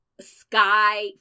sky